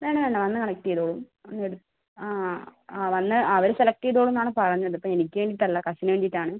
വേണ്ട വേണ്ട വന്ന് കളക്ട് ചെയ്തുകൊള്ളും ആ ആ വന്ന് അവർ സെലക്ട് ചെയ്തുകൊള്ളുമെന്നാണ് പറഞ്ഞത് അപ്പം എനിക്ക് വേണ്ടിയിട്ടല്ല കസിന് വേണ്ടിയിട്ടാണ്